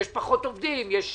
יש פחות עובדים, יש